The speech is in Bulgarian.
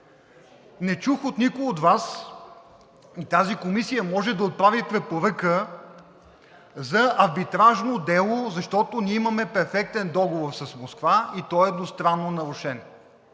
не чух от никой от Вас и тази комисия може да отправи препоръка за арбитражно дело, защото ние имаме перфектен договор с Москва, той е едностранно нарушен